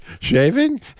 Shaving